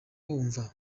bumva